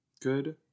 Good